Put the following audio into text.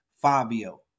Fabio